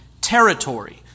territory